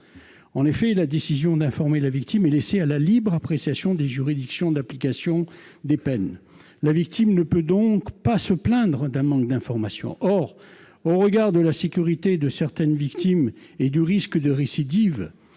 [...] La décision d'informer la victime est laissée à la libre appréciation des juridictions d'application des peines, la victime ne peut donc pas se plaindre d'un manque d'information. Or, au regard de la sécurité de certaines victimes et du risque de récidive,